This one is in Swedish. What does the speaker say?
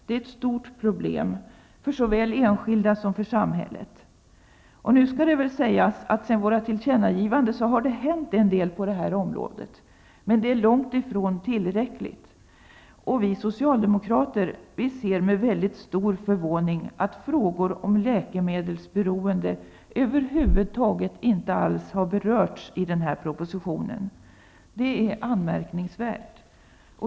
Det är ett stort problem för såväl enskilda som samhället. Nu skall det sägas att efter våra tillkännagivanden har det hänt en del på detta område, men detta är långt ifrån tillräckligt. Vi socialdemokrater ser med mycket stor förvåning på att frågor om läkemedelsberoende över huvud taget inte har berörts i den här propositionen. Det är anmärkningsvärt.